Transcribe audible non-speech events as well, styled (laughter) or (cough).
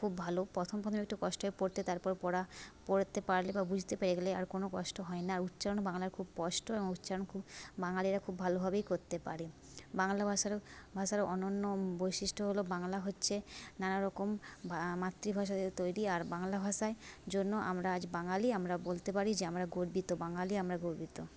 খুব ভালো প্রথম প্রথম একটু কষ্ট হয় পড়তে তারপর পড়া পড়তে পারলে বা বুঝতে পেরে গেলে আর কোনো কষ্ট হয় না আর উচ্চারণও বাংলার খুব স্পষ্ট এবং উচ্চারণ খুব বাঙালিরা খুব ভালোভাবেই করতে পারে বাংলা ভাষারও ভাষারও অনন্য বৈশিষ্ট্য হলো বাংলা হচ্ছে নানা রকম (unintelligible) মাতৃভাষা দিয়ে তৈরি আর বাংলা ভাষায় জন্য আমরা আজ বাঙালি আমরা বলতে পারি যে আমরা গর্বিত বাঙালি আমরা গর্বিত